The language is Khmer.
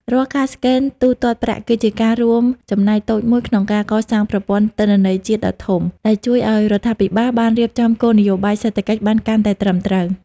រាល់ការស្កែនទូទាត់ប្រាក់ គឺជាការរួមចំណែកតូចមួយក្នុងការកសាងប្រព័ន្ធទិន្នន័យជាតិដ៏ធំ ដែលជួយឱ្យរដ្ឋាភិបាលរៀបចំគោលនយោបាយសេដ្ឋកិច្ចបានកាន់តែត្រឹមត្រូវ។